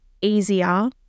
easier